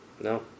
No